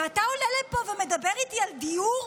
ואתה עולה לפה ומדבר איתי על דיור?